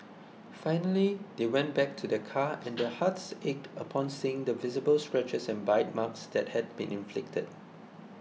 finally they went back to their car and their hearts ached upon seeing the visible scratches and bite marks that had been inflicted